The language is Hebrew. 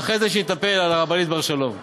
ואחרי זה שתתנפל על הרבנית בר-שלום.